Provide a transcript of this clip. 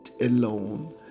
alone